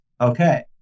Okay